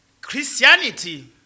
Christianity